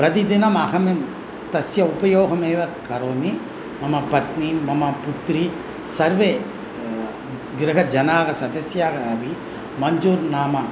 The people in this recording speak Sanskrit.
प्रतिदिनम् अहं तस्य उपयोगमेव करोमि मम पत्नी मम पुत्री सर्वे गृहजनाः सदस्याः अपि मञ्चू्र् नाम